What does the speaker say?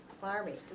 farming